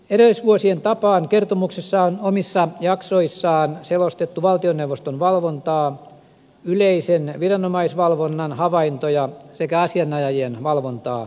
edellisvuosien tapaan kertomuksessa on omissa jaksoissaan selostettu valtioneuvoston valvontaa yleisen viranomaisvalvonnan havaintoja sekä asianajajien valvontaa